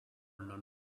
non